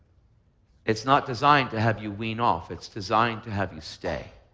it's not designed to have you wean off. it's designed to have you stay.